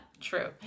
True